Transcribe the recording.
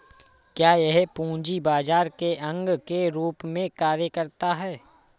क्या यह पूंजी बाजार के अंग के रूप में कार्य करता है?